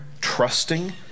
trusting